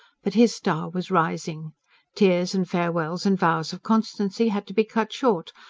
but his star was rising tears and farewells and vows of constancy had to be cut short,